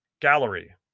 Gallery